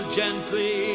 gently